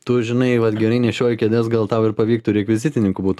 tu žinai vat gerai nešioji kėdes gal tau ir pavyktų rekvizitininku būt